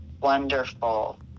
wonderful